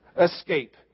escape